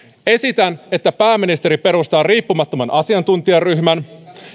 esitän että pääministeri perustaa riippumattoman asiantuntijaryhmän